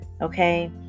okay